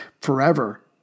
forever